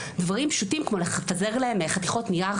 דברים פשוטים כמו לפזר להם חתיכות נייר,